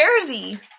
Jersey